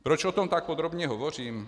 Proč o tom tak podrobně hovořím?